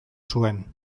zuen